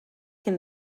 cyn